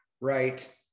right